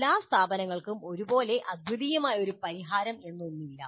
എല്ലാ സ്ഥാപനങ്ങൾക്കും സ്വീകരിക്കാവുന്ന ഒരു അദ്വിതീയ പരിഹാരം പോലെ ഒന്നുമില്ല